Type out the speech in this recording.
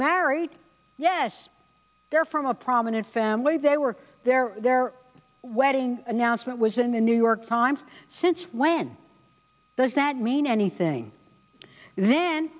married yes they're from a prominent family they were there their wedding announcement was in the new york times since when does that mean anything